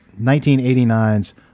1989's